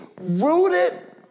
rooted